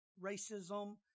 racism